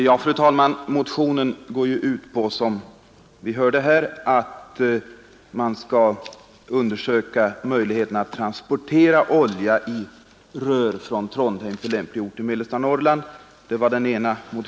Fru talman! Den ena motionen går ut på, att man skall undersöka möjligheterna att transportera olja i rör från Trondheim till lämplig ort i mellersta Norrland.